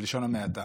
בלשון המעטה.